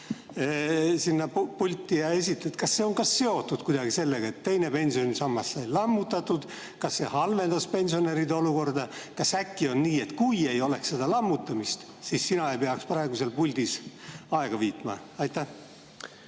sinna pulti ja mida esitled, on ka kuidagi seotud sellega, et teine pensionisammas sai lammutatud? Kas see halvendas pensionäride olukorda? Kas äkki on nii, et kui ei oleks olnud seda lammutamist, siis sina ei peaks praegu seal puldis aega viitma? Aitäh!